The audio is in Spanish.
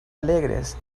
alegres